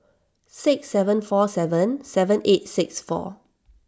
six seven four seven seven eight six four